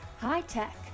high-tech